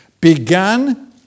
began